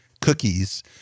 cookies